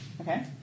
Okay